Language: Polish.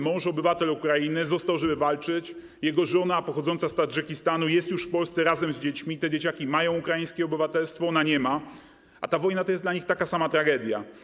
Mąż obywatel Ukrainy został, żeby walczyć, jego żona pochodząca z Tadżykistanu jest już w Polsce razem z dziećmi, te dzieciaki mają ukraińskie obywatelstwo, ona nie ma, a ta wojna to jest dla nich taka sama tragedia.